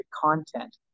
content